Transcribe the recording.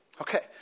Okay